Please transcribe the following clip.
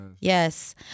Yes